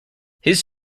his